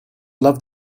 love